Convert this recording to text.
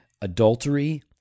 adultery